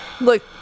Look